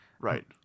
Right